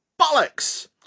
bollocks